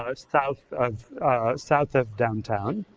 ah south of south of downtown.